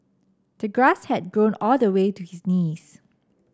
the grass had grown all the way to his knees